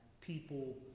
people